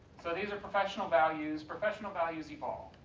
so these are professional values, professional values evolve.